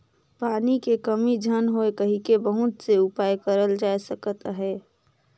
पानी के कमी झन होए कहिके बहुत से उपाय करल जाए सकत अहे